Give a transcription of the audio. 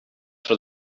for